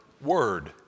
word